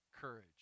courage